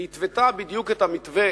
היא התוותה בדיוק את המתווה,